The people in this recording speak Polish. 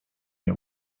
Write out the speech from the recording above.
nie